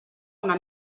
una